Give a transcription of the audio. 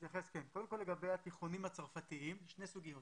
לגבי התיכונים הצרפתיים, שני סוגים.